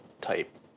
type